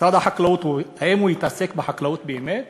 משרד החקלאות, האם הוא התעסק בחקלאות באמת